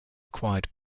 acquired